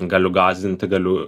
galiu gąsdinti galiu